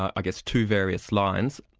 i guess, two various lines.